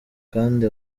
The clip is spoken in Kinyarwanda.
kandi